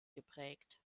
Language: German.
geprägt